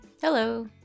Hello